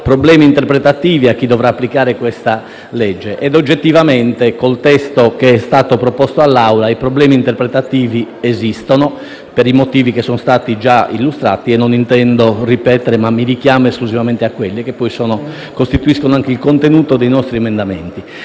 problemi interpretativi a chi dovrà applicare il provvedimento in esame. Oggettivamente, con il testo che è stato proposto all'Assemblea, i problemi interpretativi esistono, per i motivi che sono stati già illustrati e che non intendo ripetere, richiamandomi esclusivamente a quelli, che poi costituiscono il contenuto dei nostri emendamenti.